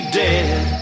dead